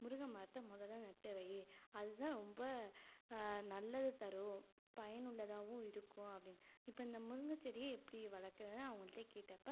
முருங்கை மரத்தை முதல்ல நட்டு வை அது தான் ரொம்ப நல்லது தரும் பயனுள்ளதாகவும் இருக்கும் அப்படின்னு இப்போ அந்த முருங்கச் செடியை எப்படி வளர்க்கறதுன்னு அவங்கள்ட்ட கேட்டப்போ